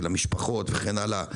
של המשפחות וכן הלאה,